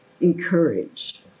encourage